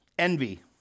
envy